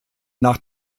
nach